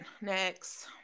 Next